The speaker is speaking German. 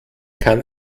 kann